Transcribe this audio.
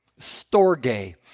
storge